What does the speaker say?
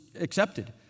accepted